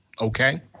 Okay